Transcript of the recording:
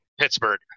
Pittsburgh